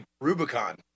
rubicon